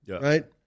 right